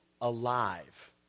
alive